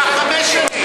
קח חמש שנים.